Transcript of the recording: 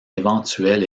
éventuel